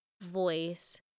voice